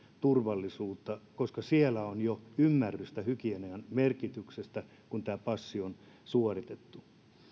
turvallisuutta koska siellä on jo ymmärrystä hygienian merkityksestä kun tämä passi on suoritettu